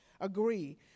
agree